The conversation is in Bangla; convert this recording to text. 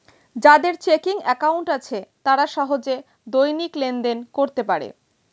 যাদের চেকিং অ্যাকাউন্ট আছে তারা সহজে দৈনিক লেনদেন করতে পারে